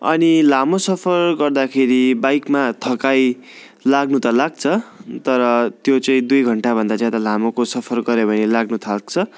अनि लामो सफर गर्दाखेरि बाइकमा थकाई लाग्नु त लाग्छ तर त्यो चाहिँ दुई घन्टाभन्दा ज्यादाको सफर गऱ्यो भने लाग्नु थाक्छ